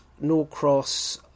Norcross